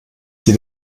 sie